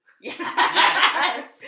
Yes